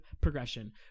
progression